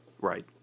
Right